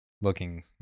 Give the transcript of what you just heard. looking